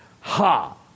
ha